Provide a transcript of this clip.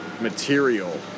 material